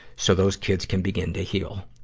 so those kids can begin to heal.